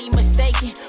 mistaken